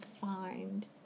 find